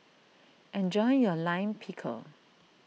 enjoy your Lime Pickle